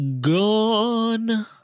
Gone